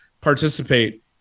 participate